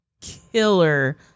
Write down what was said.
killer